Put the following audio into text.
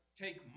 take